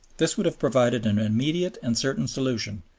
this would have provided an immediate and certain solution,